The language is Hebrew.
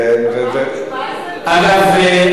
אגב,